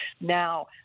now